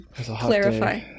clarify